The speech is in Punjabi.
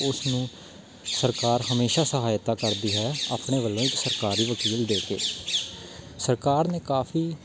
ਉਸ ਨੂੰ ਸਰਕਾਰ ਹਮੇਸ਼ਾਂ ਸਹਾਇਤਾ ਕਰਦੀ ਹੈ ਆਪਣੇ ਵੱਲੋਂ ਇੱਕ ਸਰਕਾਰੀ ਵਕੀਲ ਦੇ ਕੇ ਸਰਕਾਰ ਨੇ ਕਾਫ਼ੀ